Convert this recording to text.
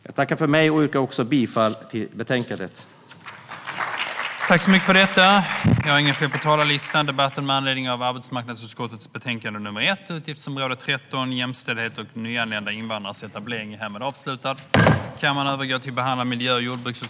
Jag yrkar bifall till utskottets förslag.